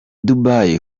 dubai